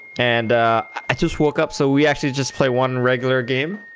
and just woke up so we actually display one regular game